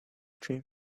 dream